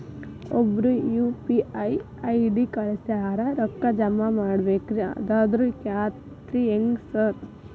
ಒಬ್ರು UPI ID ಕಳ್ಸ್ಯಾರ ರೊಕ್ಕಾ ಜಮಾ ಮಾಡ್ಬೇಕ್ರಿ ಅದ್ರದು ಖಾತ್ರಿ ಹೆಂಗ್ರಿ ಸಾರ್?